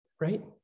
right